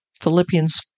Philippians